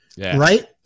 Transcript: Right